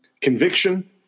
conviction